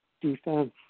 defense